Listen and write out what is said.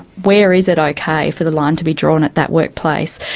where is it okay for the line to be drawn at that workplace?